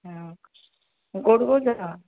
ହଁ କେଉଁଠୁ କହୁଛ